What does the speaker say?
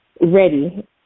ready